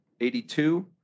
82